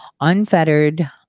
unfettered